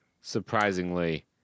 surprisingly